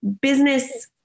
business